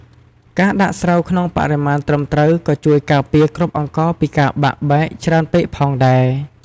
ការដាក់ស្រូវក្នុងបរិមាណត្រឹមត្រូវក៏ជួយការពារគ្រាប់អង្ករពីការបាក់បែកច្រើនពេកផងដែរ ។